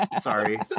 Sorry